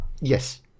Yes